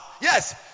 Yes